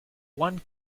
one